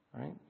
right